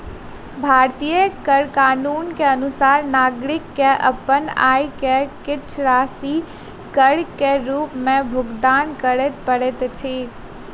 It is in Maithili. भारतीय कर कानून के अनुसार नागरिक के अपन आय के किछ राशि कर के रूप में भुगतान करअ पड़ैत अछि